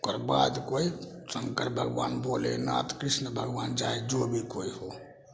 ओकर बाद कोइ शंकर भगबान भोलेनाथ कृष्ण भगबान चाहे जो भी कोइ हो